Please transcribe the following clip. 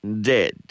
dead